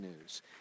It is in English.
news